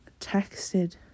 texted